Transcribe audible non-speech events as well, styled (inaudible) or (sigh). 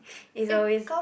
(breath) it's always